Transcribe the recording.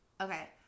okay